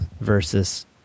versus